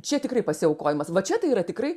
čia tikrai pasiaukojimas va čia tai yra tikrai